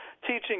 teaching